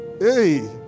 hey